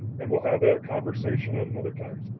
and we'll have that conversation at another time.